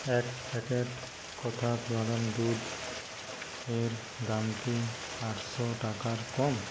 এক প্যাকেট কোথাস বাদাম দুধের দাম কি আটশো টাকার কম